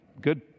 good